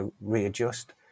readjust